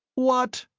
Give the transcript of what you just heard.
what!